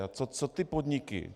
A co ty podniky?